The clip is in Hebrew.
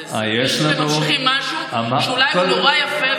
זה סביר שמושכים משהו שאולי הוא נורא יפה,